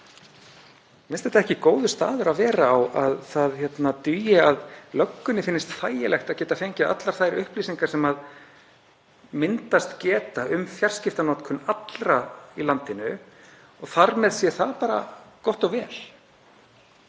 þetta ekki góður staður að vera á, að það dugi að löggunni finnist þægilegt að geta fengið allar þær upplýsingar sem myndast geta um fjarskiptanotkun allra í landinu og þar með sé það bara gott og vel.